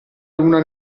luna